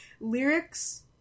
lyrics